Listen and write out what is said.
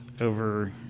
over